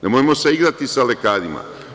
Nemojmo se igrati sa lekarima.